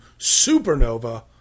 supernova